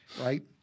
right